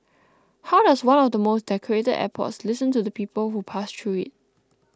how does one of the most decorated airports listen to the people who pass through it